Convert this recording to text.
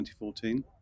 2014